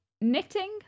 knitting